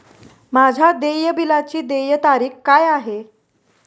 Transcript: माझ्या देय बिलाची देय तारीख काय आहे?